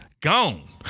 gone